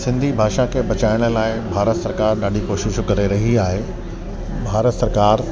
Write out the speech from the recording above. सिंधी भाषा खे बचाइण लाइ भारत सरकार ॾाढी कोशिशू करे रही आहे भारत सरकार